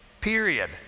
period